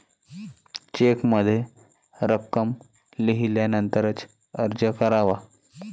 चेकमध्ये रक्कम लिहिल्यानंतरच अर्ज करावा